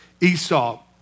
Esau